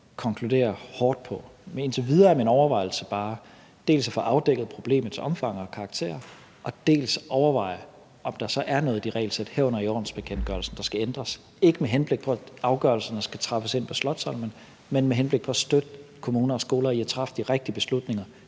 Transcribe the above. konkludere hårdt på. Men indtil videre er min overvejelse bare dels at få afdækket problemets omfang og karakter, dels at overveje, om der så er noget i det regelsæt, herunder i ordensbekendtgørelsen, der skal ændres – ikke med henblik på at afgørelserne skal træffes inde på Slotsholmen, men med henblik på at støtte kommuner og skoler i at træffe de rigtige beslutninger